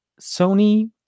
Sony